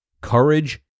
courage